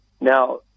Now